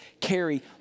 carry